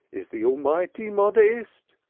is the almighty modaist?